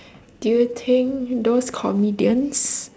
do you think those comedians